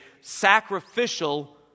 sacrificial